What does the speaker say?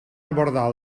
abordar